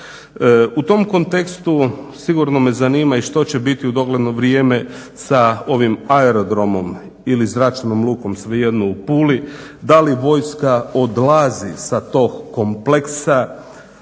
U tom kontekstu sigurno me zanima što će biti u dogledno vrijeme sa ovim aerodromom ili zračnom lukom svejedno u Puli. Da li vojska odlazi sa tog kompleksa?